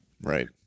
Right